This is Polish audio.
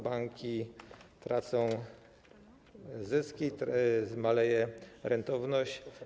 Banki tracą zyski, maleje rentowność.